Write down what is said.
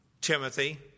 Timothy